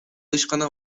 ишкана